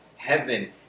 heaven